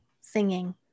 singing